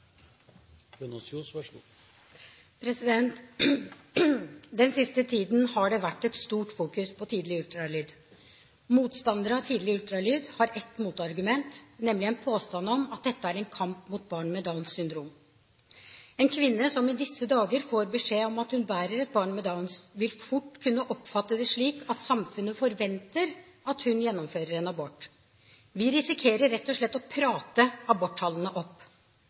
Den siste tiden har det vært et stort fokus på tidlig ultralyd. Motstandere av tidlig ultralyd har ett motargument, nemlig en påstand om at dette er en kamp mot barn med Downs syndrom. En kvinne som i disse dager får beskjed om at hun bærer et barn med Downs, vil fort kunne oppfatte det slik at samfunnet forventer at hun gjennomfører en abort. Vi risikerer rett og slett å «prate» aborttallene opp.